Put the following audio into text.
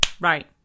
right